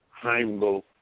Heimlo